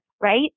right